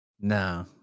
No